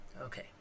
okay